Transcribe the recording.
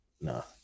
no